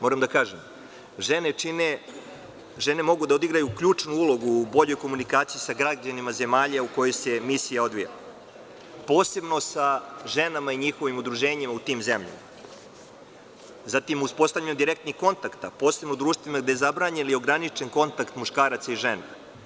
Moram da kažem da žene mogu da odigraju ključnu ulogu u boljoj komunikaciji sa građanima zemalja u kojima se misija odvija, posebno sa ženama i njihovim udruženjima u tim zemljama, zatim u uspostavljanju direktnih kontakata, posebno u društvima gde je zabranjen ili ograničen kontakt muškaraca i žena.